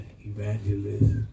evangelist